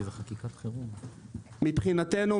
מבחינתנו,